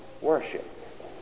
worship